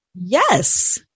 Yes